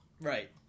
right